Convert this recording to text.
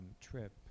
trip